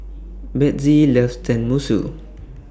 Bethzy loves Tenmusu